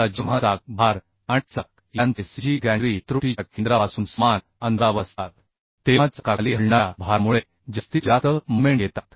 आता जेव्हा चाक भार आणि चाक यांचे cg गॅन्ट्री त्रुटीच्या केंद्रापासून समान अंतरावर असतात तेव्हा चाकाखाली हलणाऱ्या भारामुळे जास्तीत जास्त मोमेंट येतात